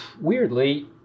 Weirdly